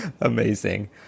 Amazing